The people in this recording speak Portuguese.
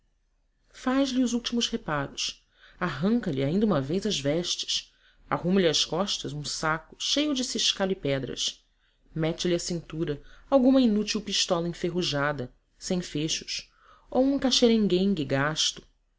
faz-lhe os últimos reparos arranja lhe ainda uma vez as vestes arruma lhe às costas um saco cheio de ciscalhos e pedras mete lhe à cintura alguma inútil pistola enferrujada sem fechos ou um caxerenguengue gasto